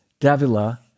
Davila